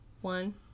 One